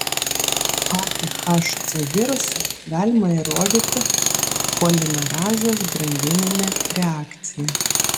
patį hc virusą galima įrodyti polimerazės grandinine reakcija